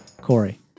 Corey